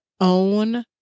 own